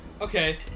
Okay